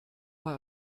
war